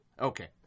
Okay